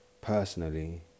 personally